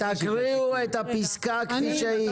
תקריאו את הפסקה כפי שהיא.